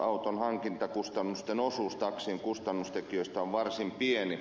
auton hankintakustannusten osuus taksin kustannustekijöistä on varsin pieni